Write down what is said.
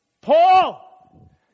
Paul